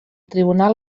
tribunal